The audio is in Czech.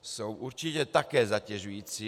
Jsou určitě také zatěžující.